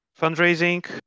fundraising